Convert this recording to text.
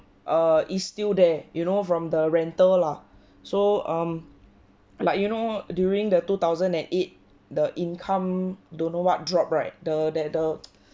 err is still there you know from the rental lah so um like you know during the two thousand and eight the income don't know what drop right the that the